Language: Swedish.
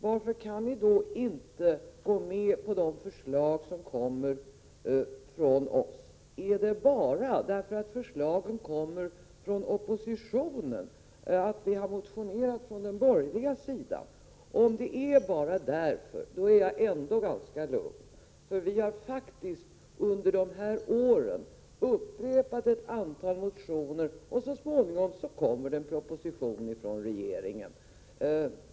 Varför kan ni då inte gå med på de förslag som kommer från oss? Beror det bara på att förslagen framförs i motioner från den borgerliga oppositionen? Om det är det som är skälet är jag ändå ganska lugn. Vi har under de här åren upprepat ett antal motioner som varje gång avslagits, men så småningom har det kommit en proposition med samma innehåll från regeringen.